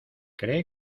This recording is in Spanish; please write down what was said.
cree